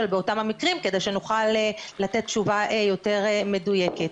באותם המקרים כדי שנוכל לתת תשובה יותר מדויקת.